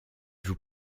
joue